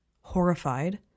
Horrified